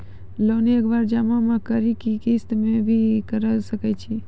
Loan एक बार जमा म करि कि किस्त मे भी करऽ सके छि?